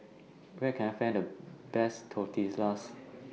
Where Can I Find The Best Tortillas